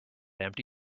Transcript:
empty